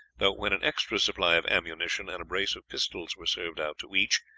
though, when an extra supply of ammunition and a brace of pistols were served out to each,